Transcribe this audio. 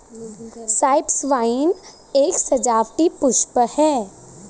Cyprus vine एक सजावटी पुष्प है